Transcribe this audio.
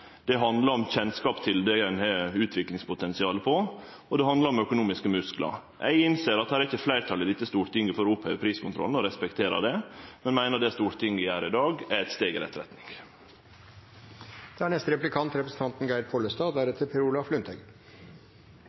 Det handlar om kjennskap til det ein har utviklingspotensial for, og det handlar om økonomiske musklar. Eg innser at det ikkje er fleirtal i dette stortinget for å oppheve priskontrollen, og eg respekterer det, men meiner at det Stortinget gjer i dag, er eit steg i rett